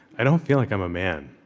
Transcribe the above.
i don't feel like i'm a man.